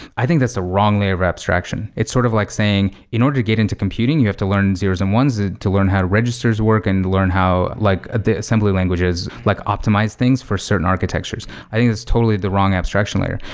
i think that's a wrong layer of abstraction. it's sort of like saying, in order to get into computing, you have to learn zeros and ones to learn how registers work and learn how like the assembly languages like optimize things for certain architectures. i think it's totally the wrong abstraction layer.